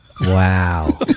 Wow